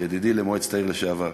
ידידי למועצת העיר לשעבר,